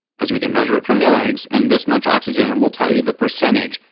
because we can measure it from your legs and this much oxygen and we'll tell you the percentage,